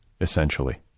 essentially